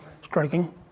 striking